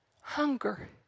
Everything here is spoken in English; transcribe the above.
Hunger